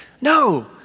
No